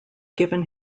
given